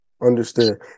understood